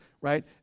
right